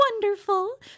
wonderful